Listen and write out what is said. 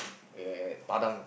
at Padang